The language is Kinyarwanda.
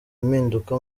impinduka